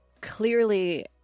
clearly